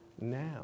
now